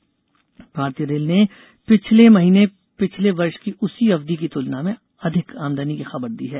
rail भाड़ा भारतीय रेल ने पिछले महीने पिछले वर्ष की उसी अवधि की तुलना में अधिक आमदनी की खबर दी है